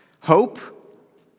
Hope